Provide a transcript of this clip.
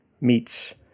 meets